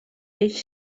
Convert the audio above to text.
eix